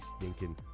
stinking